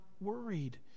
worried